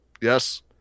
Yes